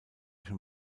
schon